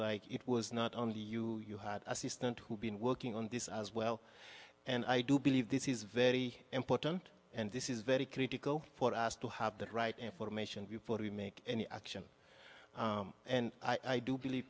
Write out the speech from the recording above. like it was not only you you had assistant who'd been working on this as well and i do believe this is very important and this is very critical for us to have the right information before we make any action and i do believe